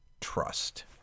trust